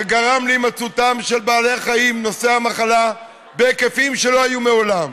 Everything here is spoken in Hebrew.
שגרם להימצאותם של בעלי החיים נושאי המחלה בהיקפים שלא היו מעולם.